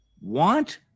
want